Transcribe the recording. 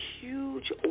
huge